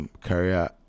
career